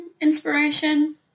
inspiration